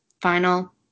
final